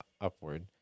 upward